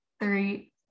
three